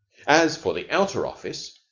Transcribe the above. as for the outer office,